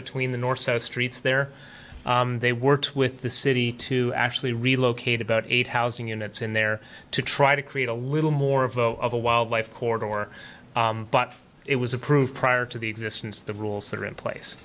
between the north streets there they worked with the city to actually relocate about eight housing units in there to try to create a little more of a wildlife corridor or but it was approved prior to the existence the rules that are in place